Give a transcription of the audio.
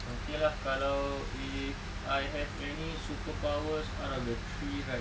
okay lah kalau if I have any superpowers out of the three right